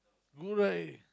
good right